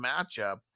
matchup